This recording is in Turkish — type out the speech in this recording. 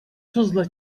tuzla